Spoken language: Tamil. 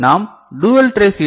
நாம் டூயல் ட்ரேஸ் ஏ